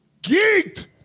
Geeked